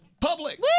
Public